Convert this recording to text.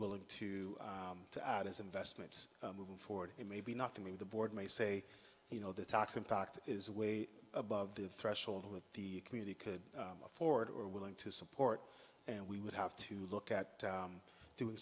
willing to add as investments moving forward and maybe not to me the board may say you know the tax impact is way above the threshold with the community could afford or willing to support and we would have to look at doing